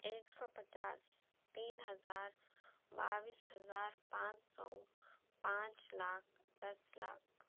ایک سو پچاس تین ہزار باٮٔیس ہزار پانچ سو پانچ لاکھ دس لاکھ